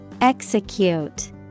Execute